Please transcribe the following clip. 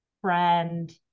friend